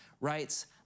writes